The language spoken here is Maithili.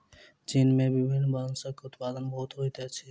चीन में विभिन्न बांसक उत्पादन बहुत होइत अछि